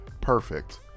perfect